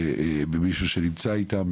במישהו שנמצא איתם.